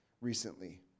recently